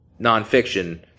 nonfiction